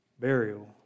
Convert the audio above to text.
burial